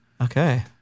okay